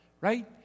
right